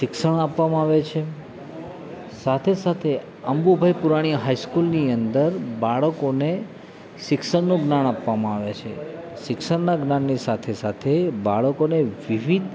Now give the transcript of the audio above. શિક્ષણ આપવામાં આવે છે સાથે સાથે અબુંભાઈ પુરાણી હાઇસ્કૂલની અંદર બાળકોને શિક્ષણનું જ્ઞાન આપવામાં આવે છે શિક્ષણના જ્ઞાનની સાથે સાથે બાળકોને વિવિધ